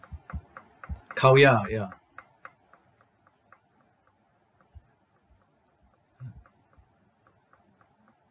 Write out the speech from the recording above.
khao yai ya